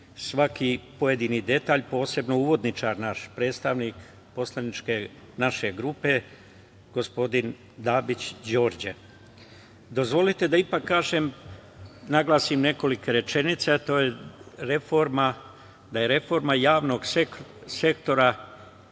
svaki pojedini detalj, posebno uvodnik naš, predstavnik naše poslaničke grupe, gospodin Dabić Đorđe. Dozvolite da ipak kažem, naglasim nekoliko rečenica, a to je da je reforma javnog sektora